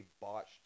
botched